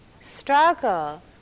Struggle